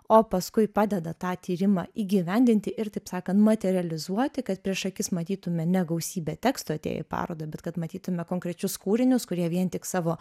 o paskui padeda tą tyrimą įgyvendinti ir taip sakant materializuoti bet prieš akis matytume ne gausybę teksto atėję į parodą bet kad matytume konkrečius kūrinius kurie vien tik savo